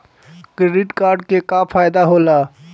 Credit card के का फायदा होला?